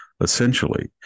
essentially